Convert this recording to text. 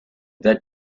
that